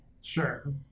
Sure